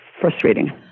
frustrating